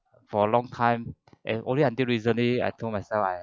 for a long time and only until recently I told myself I